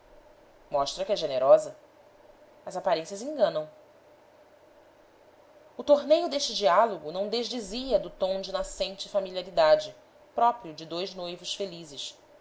mostra que é generosa as aparências enganam o torneio deste diálogo não desdizia do tom de nascente familiaridade próprio de dois noivos felizes